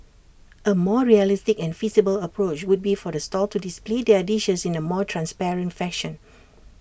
A more realistic and feasible approach would be for the stall to display their dishes in A more transparent fashion